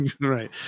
right